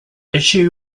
issue